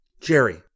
Jerry